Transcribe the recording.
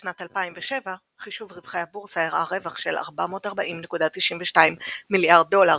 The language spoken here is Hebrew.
בשנת 2007 חישוב רווחי הבורסה הראה רווח של 440.92 מיליארד דולר,